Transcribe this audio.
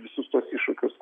visus tuos iššūkius